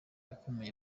ukomeye